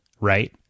right